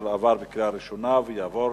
2010,